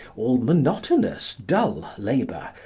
all monotonous, dull labour,